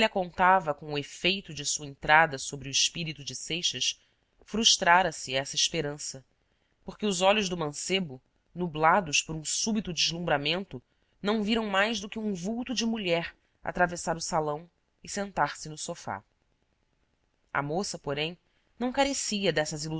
contava com o efeito de sua entrada sobre o espírito de seixas frustrara se essa esperança porque os olhos do mancebo nublados por um súbito deslumbramento não viram mais do que um vulto de mulher atravessar o salão e sentar-se no sofá a moça porém não carecia dessas